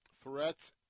threats